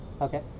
Okay